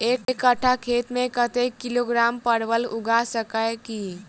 एक कट्ठा खेत मे कत्ते किलोग्राम परवल उगा सकय की??